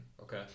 okay